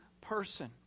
person